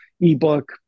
ebook